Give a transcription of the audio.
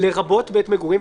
לרבות בית מגורים,